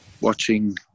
Watching